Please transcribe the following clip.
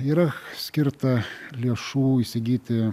yra skirta lėšų įsigyti